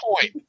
point